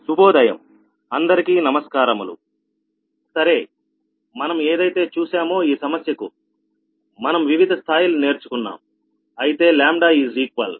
సరే మనం ఏదైతే చూసామొ ఈ సమస్యకు మనం వివిధ స్థాయిలు నేర్చుకున్నాం అయితే λ అనేది సమానం